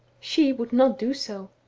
she would not do so.